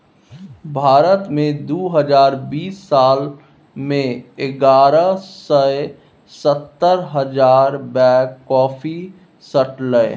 भारत मे दु हजार बीस साल मे एगारह सय सत्तर हजार बैग कॉफी सठलै